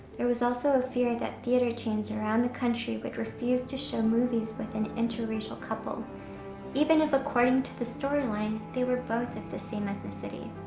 there was also a fear that theater chains around the country would refuse to show movies with an interracial couple even if according to the storyline they were both of the same ethnicity.